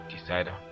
decider